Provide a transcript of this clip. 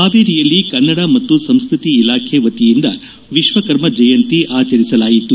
ಹಾವೇರಿಯಲ್ಲಿ ಕನ್ನಡ ಮತ್ತು ಸಂಸ್ಕೃತಿ ಇಲಾಖೆ ವತಿಯಿಂದ ವಿಶ್ವಕರ್ಮ ಜಯಂತಿ ಆಚರಿಸಲಾಯಿತು